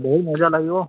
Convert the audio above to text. ବହୁତ ମଜା ଲାଗିବ